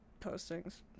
postings